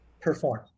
Perform